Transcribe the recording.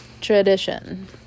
tradition